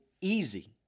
easy